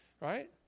right